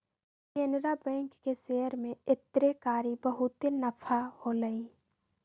Canara bank के share में एन्नेकारी बहुते नफा होलई